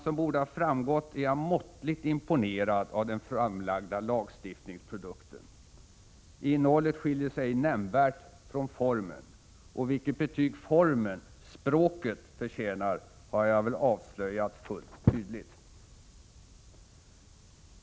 Som torde ha framgått är jag måttligt imponerad av den framlagda lagstiftningsprodukten. Innehållet skiljer sig ej nämnvärt från formen. Och vilket betyg formen — språket — förtjänar, har jag väl avslöjat fullt tydligt.